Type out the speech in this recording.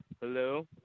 hello